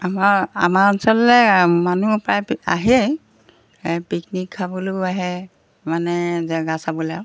আমাৰ আমাৰ অঞ্চললৈ মানুহ প্ৰায় আহেই পিকনিক খাবলৈও আহে মানে জেগা চাবলৈ আৰু